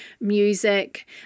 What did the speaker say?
music